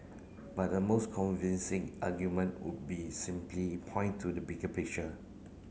but the most convincing argument would be simply point to the bigger picture